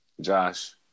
Josh